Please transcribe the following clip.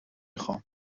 خوام